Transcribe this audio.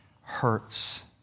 hurts